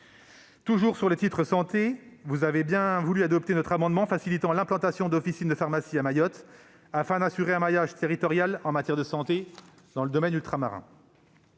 Toujours sur ce titre, vous avez bien voulu adopter notre amendement facilitant l'implantation d'officines de pharmacies à Mayotte, afin d'assurer un meilleur maillage territorial en matière de santé. Les échanges sur